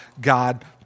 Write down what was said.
God